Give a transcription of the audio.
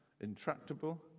intractable